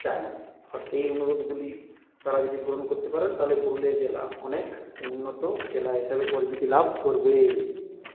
চাই এই অনুরোধগুলি তারা যদি পূরণ করতে পারেন তাহলে পুরুলিয়া জেলা অনেক উন্নত জেলা হিসাবে পরিচিতি লাভ করবে